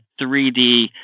3D